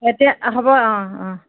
এতিয়া হ'ব অ অ